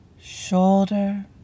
shoulder